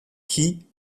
qui